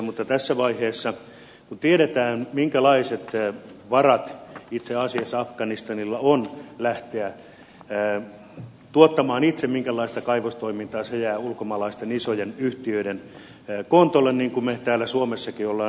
mutta tässä vaiheessa kun tiedetään minkälaista kaivostoimintaa itse asiassa afganistanilla on varaa lähteä tuottamaan itse se jää ulkomaalaisten isojen yhtiöiden kontolle niin kuin me täällä suomessakin olemme nähneet